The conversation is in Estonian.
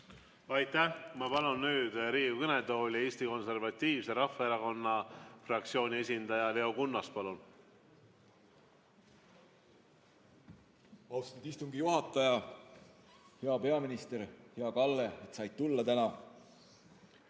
Aitäh! Ma palun nüüd Riigikogu kõnetooli Eesti Konservatiivse Rahvaerakonna fraktsiooni esindaja Leo Kunnase. Austatud istungi juhataja! Hea peaminister! Hea, Kalle, et said tulla täna